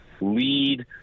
lead